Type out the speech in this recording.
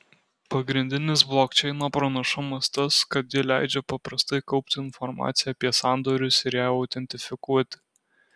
pagrindinis blokčeino pranašumas tas kad ji leidžia paprastai kaupti informaciją apie sandorius ir ją autentifikuoti